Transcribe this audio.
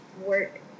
work